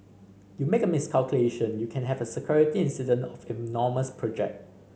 you make a miscalculation you can have a security incident of enormous project